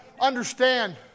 Understand